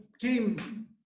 came